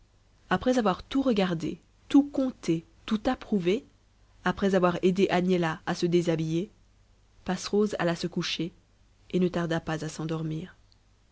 après avoir tout regardé tout compté tout approuvé après avoir aidé agnella à se déshabiller passerose alla se coucher et ne tarda pas à s'endormir